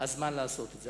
הזמן לעשות את זה?